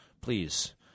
Please